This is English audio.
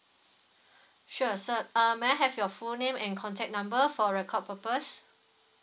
sure sir um may I have your full name and contact number for record purpose